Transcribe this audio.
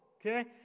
Okay